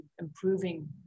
improving